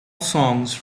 songs